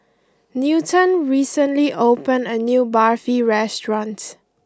Newton recently opened a new Barfi restaurant